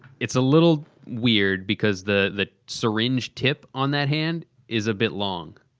it's a little weird because the syringe tip on that hand is a bit long.